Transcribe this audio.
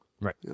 Right